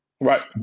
right